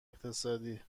اقتصادی